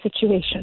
situation